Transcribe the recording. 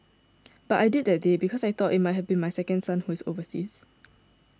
but I did that day because I thought it might have been my second son who is overseas